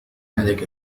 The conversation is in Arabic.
عليك